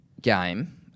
game